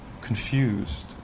confused